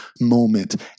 moment